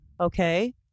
Okay